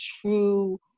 true